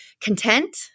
content